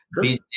business